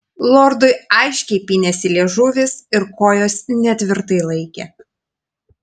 lordui aiškiai pynėsi liežuvis ir kojos netvirtai laikė